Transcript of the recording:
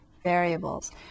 variables